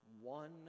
one